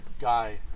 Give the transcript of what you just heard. guy